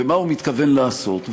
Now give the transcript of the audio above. ומה הוא מתכוון לעשות.